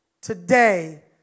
today